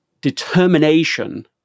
determination